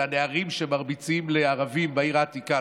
הנערים שמרביצים לערבים בעיר העתיקה.